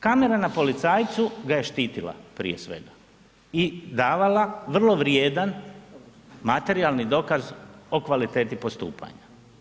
Kamera na policajcu ga je štitila prije svega i davala vrlo vrijedan materijalni dokaz o kvaliteti postupanja.